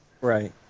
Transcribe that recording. Right